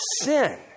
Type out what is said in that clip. sin